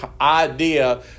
idea